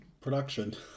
production